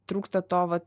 trūksta to vat